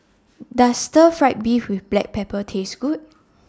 Does Stir Fried Beef with Black Pepper Taste Good